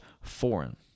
foreign